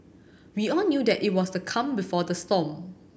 we all knew that it was the calm before the storm